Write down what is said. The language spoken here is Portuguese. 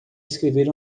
escrever